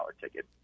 ticket